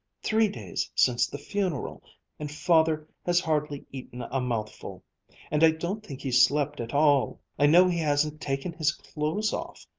three days since the funeral and father has hardly eaten a mouthful and i don't think he's slept at all. i know he hasn't taken his clothes off.